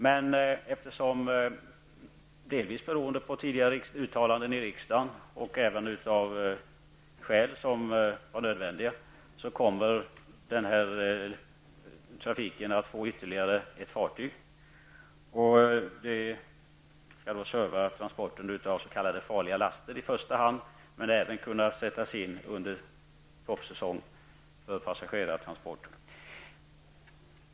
Men delvis beroende på tidigare uttalanden i riksdagen -- och av nödvändiga skäl -- kommer trafiken att få ytterligare ett fartyg. Det skall i första hand användas för transport av s.k. farliga laster, men det skall även kunna sättas in under toppsäsong för passagerartrafik.